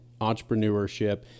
entrepreneurship